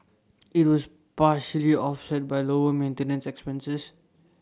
IT was partially offset by lower maintenance expenses